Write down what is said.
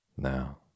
Now